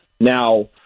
Now